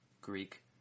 Greek